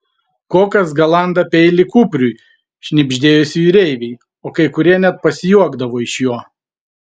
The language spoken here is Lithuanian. kokas galanda peilį kupriui šnibždėjosi jūreiviai o kai kurie net pasijuokdavo iš jo